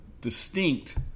distinct